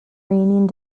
raining